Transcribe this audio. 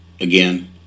again